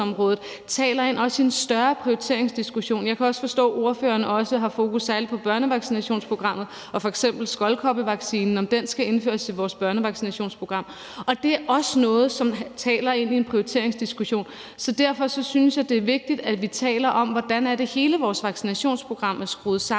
taler ind i en større prioriteringsdiskussion. Jeg kan forstå, at ordføreren også har fokus på børnevaccinationsprogrammet og på, om f.eks. skoldkoppevaccinen skal indføres i vores børnevaccinationsprogram. Det er også noget, som taler ind i en prioriteringsdiskussion. Derfor synes jeg, det er vigtigt, at vi taler om, hvordan hele vores vaccinationsprogram er skruet sammen,